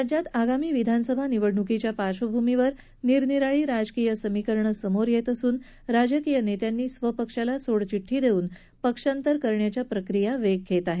राज्यात आगामी विधानसभा निवडणुकीच्या पार्श्वभूमीवर निरनिराळी राजकीय समीकरणं समोर येत असून राजकीय नेत्यांनी स्वपक्षाला सोडचिट्टी देऊन पक्षांतर करायची प्रक्रियाही वेग घेत आहे